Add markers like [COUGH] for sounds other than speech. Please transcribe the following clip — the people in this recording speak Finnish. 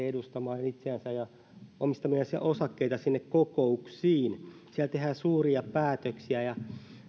[UNINTELLIGIBLE] edustamaan itseänsä ja omistamiansa osakkeita sinne kokouksiin siellä tehdään suuria päätöksiä ja